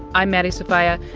i'm maddie sofia,